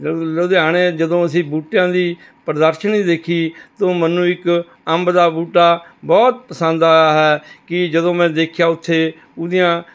ਲ ਲੁਧਿਆਣੇ ਜਦੋਂ ਅਸੀਂ ਬੂਟਿਆਂ ਦੀ ਪ੍ਰਦਰਸ਼ਨੀ ਦੇਖੀ ਤਾਂ ਮੈਨੂੰ ਇੱਕ ਅੰਬ ਦਾ ਬੂਟਾ ਬਹੁਤ ਪਸੰਦ ਆਇਆ ਹੈ ਕਿ ਜਦੋਂ ਮੈਂ ਦੇਖਿਆ ਉੱਥੇ ਉਹਦੀਆਂ